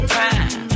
time